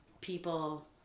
people